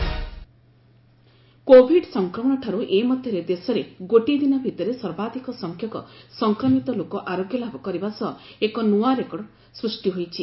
Covid status Covid ସଂକ୍ରମଣଠାରୁ ଏ ମଧ୍ୟରେ ଦେଶରେ ଗୋଟିଏ ଦିନ ଭିତରେ ସର୍ବାଧିକ ସଂଖ୍ୟକ ସଂକ୍ରମିତ ଲୋକ ଆରୋଗ୍ୟଲାଭ କରିବା ସହ ଏକ ନୂଆ ରେକର୍ଡ ସୃଷ୍ଟି ହୋଇଛି